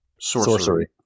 sorcery